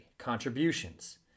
Contributions